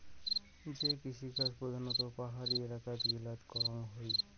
যে কৃষিকাজ প্রধানত পাহাড়ি এলাকা গিলাত করাঙ হই